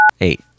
Eight